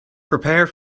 prepare